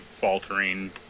faltering